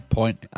point